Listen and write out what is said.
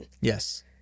Yes